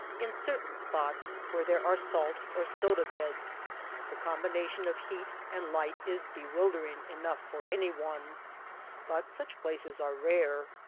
in certain spots where there are salt or soda beds the combination of heat and light is bewildering enough for anyone but such places are rare.